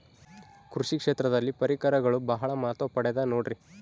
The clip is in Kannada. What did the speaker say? ಕೃಷಿ ಕ್ಷೇತ್ರದಲ್ಲಿ ಪರಿಕರಗಳು ಬಹಳ ಮಹತ್ವ ಪಡೆದ ನೋಡ್ರಿ?